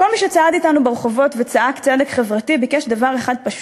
כל מי שצעד אתנו ברחוב וצעק צדק חברתי ביקש דבר אחד פשוט,